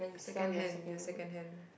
secondhand your secondhand